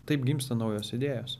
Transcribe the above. taip gimsta naujos idėjos